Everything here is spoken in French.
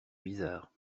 bizarre